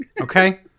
Okay